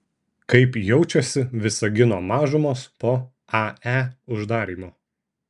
kaip jaučiasi visagino mažumos po ae uždarymo